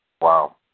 Wow